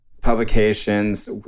publications